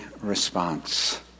response